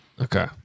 Okay